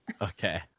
Okay